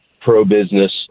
pro-business